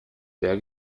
sehr